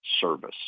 service